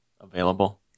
available